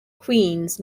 queens